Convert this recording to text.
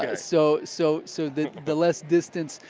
ah so so so the the less distance.